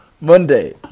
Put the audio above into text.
Monday